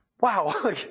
Wow